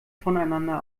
voneinander